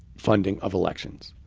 funding of elections.